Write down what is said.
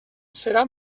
serà